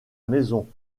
maison